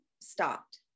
stopped